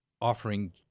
offering